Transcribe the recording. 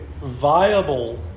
viable